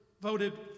voted